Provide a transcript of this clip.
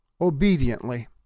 obediently